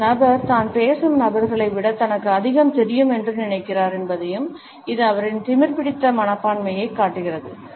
அந்த நபர் தான் பேசும் நபர்களை விட தனக்கு அதிகம் தெரியும் என்று நினைக்கிறார் என்பதையும் இது அவரின் திமிர்பிடித்த மனப்பான்மையையும் காட்டுகிறது